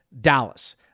Dallas